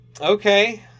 Okay